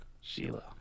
Sheila